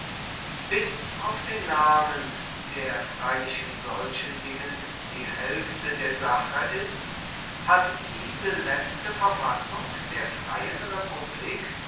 bis auf den namen der freilich in solchen dingen die hälfte der sache ist hat diese letzte verfassung der freien republik